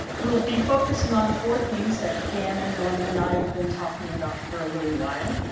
we'll be focusing on four themes that dan and norman and i have been talking about for a little while.